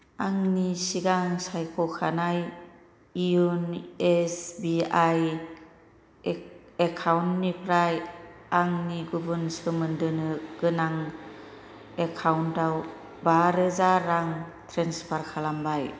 आंनि सिगां सायख'खानाय यन' एस बि आइ एकाउन्टनिफ्राय आंनि गुबुन सोमोन्दो गोनां एकाउन्टाव बारोजा रां ट्रेन्सफार खालामबाय